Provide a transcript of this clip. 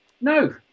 no